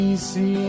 See